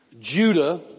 Judah